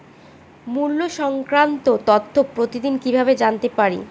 মুল্য সংক্রান্ত তথ্য প্রতিদিন কিভাবে জানতে পারি?